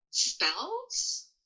Spells